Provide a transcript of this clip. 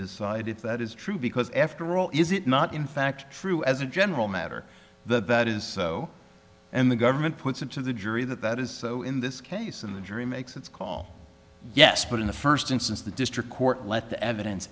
decide if that is true because after all is it not in fact true as a general matter that that is so and the government puts into the jury that that is so in this case and the jury makes its call yes but in the first instance the district court let the evidence